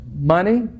Money